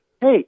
hey